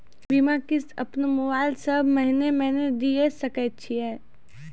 बीमा किस्त अपनो मोबाइल से महीने महीने दिए सकय छियै?